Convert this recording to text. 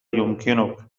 يمكنك